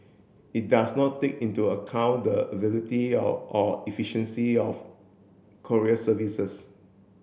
it does not take into account the availability or or efficiency of courier services